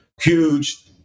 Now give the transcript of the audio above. huge